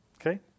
Okay